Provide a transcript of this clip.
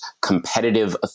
competitive